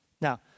Now